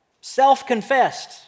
self-confessed